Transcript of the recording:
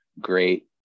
great